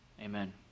Amen